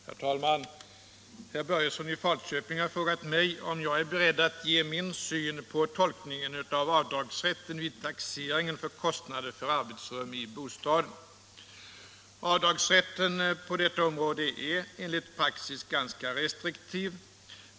Herr talman! Herr Börjesson i Falköping har frågat mig om jag är beredd att ge min syn på tolkningen av avdragsrätten vid taxeringen för kostnader för arbetsrum i bostaden. Avdragsrätten på detta område är enligt praxis ganska restriktiv.